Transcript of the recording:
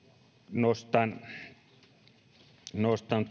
nostan nostan